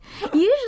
Usually